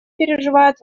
переживает